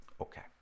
Okay